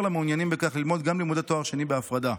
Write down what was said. למעוניינים בכך ללמוד גם לימודי תואר שני בהפרדה.